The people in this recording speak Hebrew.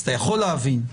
אז אתה יכול להבין.